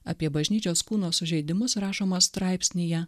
apie bažnyčios kūno sužeidimus rašoma straipsnyje